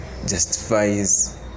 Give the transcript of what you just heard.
justifies